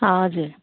हजुर